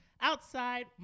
Outside